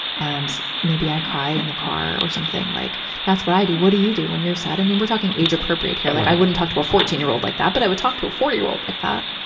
and maybe i cry in the car, or something. like that's what i do. what do you do when you're sad? i mean, we're talking age-appropriate here. like i wouldn't talk to a fourteen year old like that, but i would talk to a four-year-old like that.